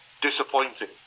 Disappointing